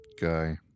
guy